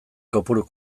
kopuru